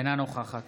אינה נוכחת